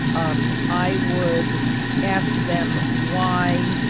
um i would ask them why,